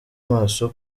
maso